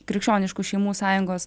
krikščioniškų šeimų sąjungos